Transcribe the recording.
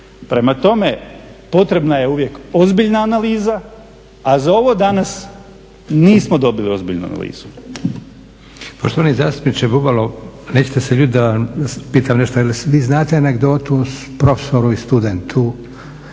Prema tome, potrebna je uvijek ozbiljna analiza, a za ovo danas nismo dobili ozbiljnu analizu.